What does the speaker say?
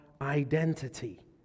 identity